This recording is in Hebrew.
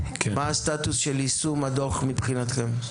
מה הסטטוס של יישום הדו"ח מבחינתכם?